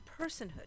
personhood